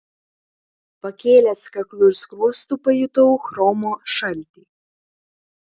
pakėlęs kaklu ir skruostu pajutau chromo šaltį